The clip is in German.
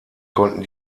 konnten